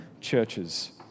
churches